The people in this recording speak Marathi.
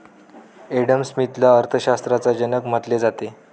एडम स्मिथला अर्थशास्त्राचा जनक म्हटले जाते